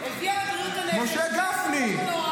משה גפני.